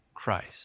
Christ